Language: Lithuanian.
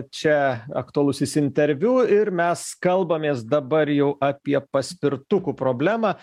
čia aktualusis interviu ir mes kalbamės dabar jau apie paspirtukų problemą